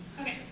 Okay